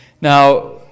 Now